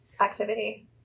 activity